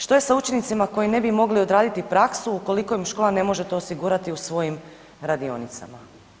Što je sa učenicima koji ne bi mogli odraditi praksu ukoliko im škola to ne može osigurati u svojim radionicama?